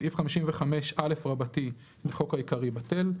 סעיף 55א לחוק העיקרי, בטל."